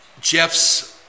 Jeff's